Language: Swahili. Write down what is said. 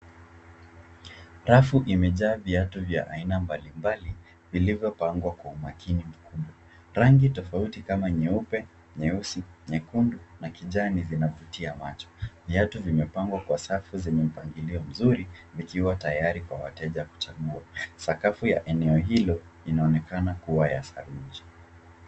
Rafu imejaa viatu aina vya mbalimbali vilivyopangwa kwa umakini. Rangi tofauti kama nyeupe, nyeusi, nyekundu na kijani zinavutia macho. Viatu zimepangwa kwa safu zenye mpangilio mzuri vikiwa tayari kwa wateja kuchagua. Sakafu ya eneo hilo inaonekana kuwa ya saruji.